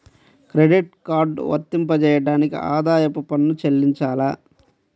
Credit card వర్తింపజేయడానికి ఆదాయపు పన్ను చెల్లించాలా?